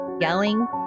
yelling